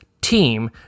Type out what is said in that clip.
team